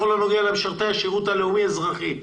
בכל הנוגע למשרתי השירות הלאומי אזרחי,